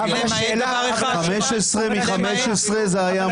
15 מ-15 זה היה מונע.